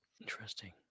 Interesting